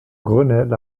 grenelle